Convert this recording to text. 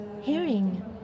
hearing